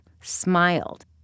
smiled